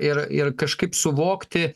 ir ir kažkaip suvokti